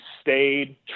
stayed